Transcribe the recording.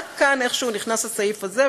רק כאן איכשהו נכנס הסעיף הזה,